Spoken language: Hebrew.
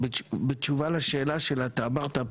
בתשובה לשאלה שלה אתה אמרת,